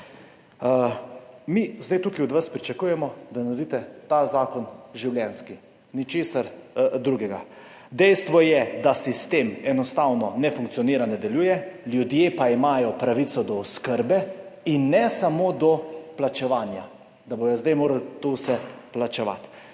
tukaj od vas pričakujemo, da naredite ta zakon življenjski, ničesar drugega. Dejstvo je, da sistem enostavno ne funkcionira, ne deluje. Ljudje pa imajo pravico do oskrbe in ne samo do plačevanja, da bodo zdaj morali to vse plačevati.